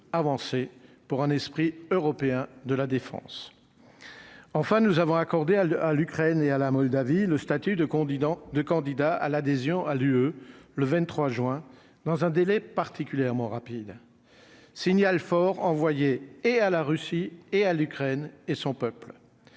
avancée pour un esprit européen de la défense, enfin nous avons accordé à l'à l'Ukraine et à la Moldavie, le statut de Condi dans 2 candidats à l'adhésion à l'UE le 23 juin dans un délai particulièrement rapide signal fort envoyé et à la Russie et à l'Ukraine et son peuple,